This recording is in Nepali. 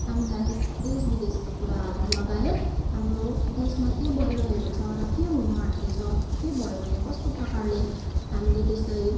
हामीलाई देश विदेसका कुराहरू लगायत हाम्रो देसमा के भइरहेको छ र के हुनु आट्दैछ के भयो भने कस्तो प्रकारले हामीले त्यसलाई